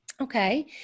okay